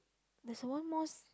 there's a one mosque